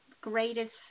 greatest